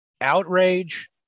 outrage